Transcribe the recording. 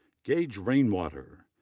gaige rainwater,